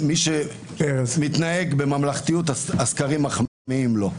-- מי שמתנהג בממלכתיות, הסקרים מחמיאים לו.